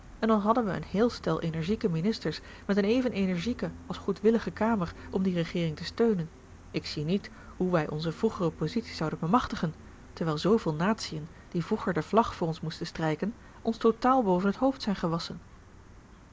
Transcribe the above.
en al hadden wij een heel stel energieke ministers met eene even energieke als goedwillige kamer om die regeering te steunen ik zie niet hoe wij onze vroegere positie zouden bemachtigen terwijl zooveel natiën die vroeger de vlag voor ons moesten strijken ons totaal boven t hoofd zijn gewassen